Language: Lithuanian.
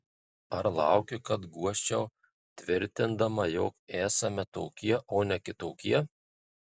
ar lauki kad guosčiau tvirtindama jog esame tokie o ne kitokie